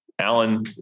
Alan